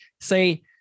say